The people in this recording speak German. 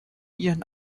ihren